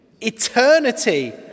eternity